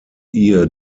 ihr